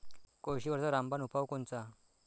कोळशीवरचा रामबान उपाव कोनचा?